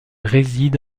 réside